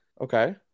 Okay